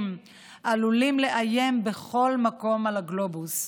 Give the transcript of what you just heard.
עלולים לאיים בכל מקום על הגלובוס.